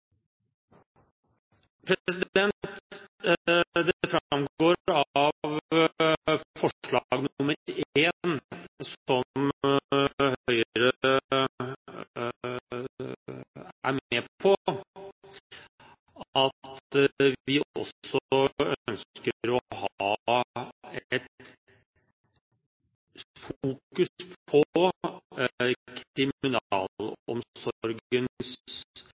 av forslag nr. 1, som Høyre er med på, at vi også ønsker å ha et fokus på